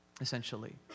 essentially